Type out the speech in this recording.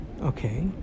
okay